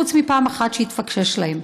חוץ מפעם אחת שהתפקשש להם.